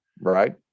Right